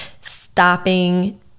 stopping